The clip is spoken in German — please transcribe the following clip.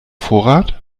vorrat